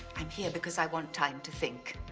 i'm here because i want time to think.